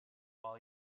while